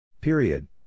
Period